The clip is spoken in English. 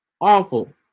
awful